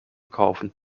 kaufen